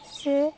ସିଏ